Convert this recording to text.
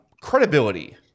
credibility